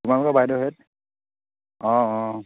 তোমালোকৰ বাইদেউহেঁত অঁ অঁ